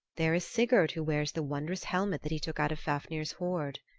there is sigurd who wears the wondrous helmet that he took out of fafnir's hoard.